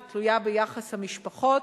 היא תלויה ביחס המשפחות,